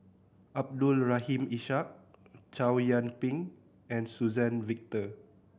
Abdul Rahim Ishak Chow Yian Ping and Suzann Victor